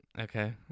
okay